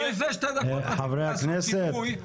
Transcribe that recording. חברי הכנסת.